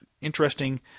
interesting